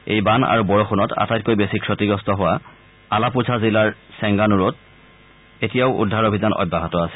এই বান আৰু বৰযুণত আটাইতকৈ বেছি ক্ষতি হোৱা আলাপুঝা জিলাৰ চেংগানুৰত এতিয়াও উদ্ধাৰ অভিযান অব্যাহত আছে